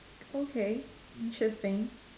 okay interesting